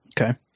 Okay